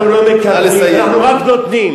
אנחנו לא מקבלים, אנחנו רק נותנים.